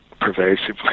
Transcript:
pervasively